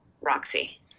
Roxy